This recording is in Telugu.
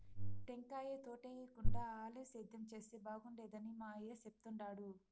టెంకాయ తోటేయేకుండా ఆలివ్ సేద్యం చేస్తే బాగుండేదని మా అయ్య చెప్తుండాడు